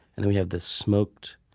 then we have this smoked